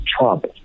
Trump